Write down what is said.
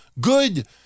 good